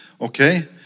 Okay